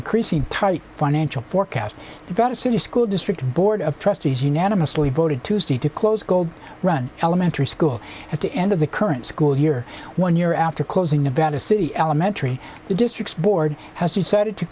increase in tight financial forecasts that city school district board of trustees unanimously voted tuesday to close gold run elementary school at the end of the current school year one year after closing nevada city elementary the district board has decided to